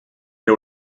era